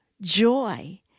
joy